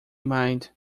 mind